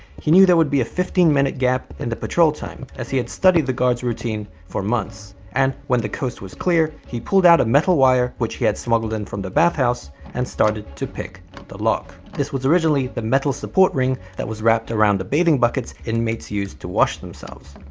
he knew there would be a fifteen minute gap in the patrol time, as he had studied the guards' routine for months. and when the coast was clear, he pulled out a metal wire which he had smuggled in from the bathhouse and started to pick the lock. this was originally the metal support ring that was wrapped around the bathing buckets inmates use to wash themselves.